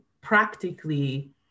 practically